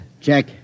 Check